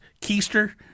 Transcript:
keister